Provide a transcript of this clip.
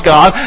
God